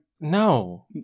no